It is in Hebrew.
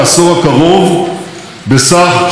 אני מאוד מאוד מעריך את זה.